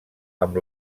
amb